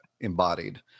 embodied